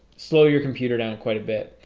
slow your computer down quite a bit.